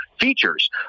features